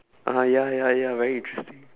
ah ya ya ya very interesting